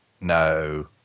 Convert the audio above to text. No